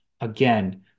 again